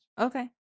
Okay